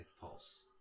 pulse